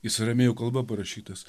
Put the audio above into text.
jis aramėjų kalba parašytas